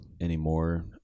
anymore